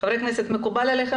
חברי הכנסת, מקובל עליכם?